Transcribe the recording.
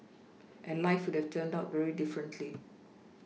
and life would've turned out very differently